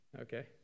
okay